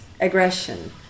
aggression